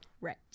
right